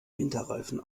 winterreifen